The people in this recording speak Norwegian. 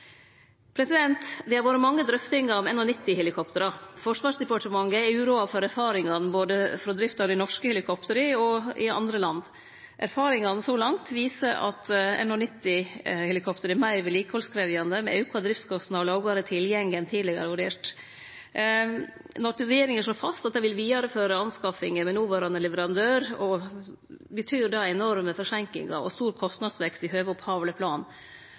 Det vil nok melde seg mange behov som må dekkjast før Evenes kan ta imot overvakingsfly på ein tilfredsstillande måte. Det har vore mange drøftingar om NH90-helikoptera. Forsvarsdepartementet er uroa over erfaringane frå drift både av dei norske helikoptera og i andre land. Erfaringane så langt viser at NH90-helikopteret er meir vedlikehaldskrevjande, med større driftskostnader og lågare tilgjenge enn tidlegare vurdert. Når regjeringa slår fast at dei vil vidareføre anskaffinga med den noverande leverandøren, betyr det